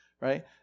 right